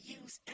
use